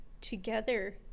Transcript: together